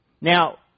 Now